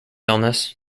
illness